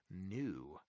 new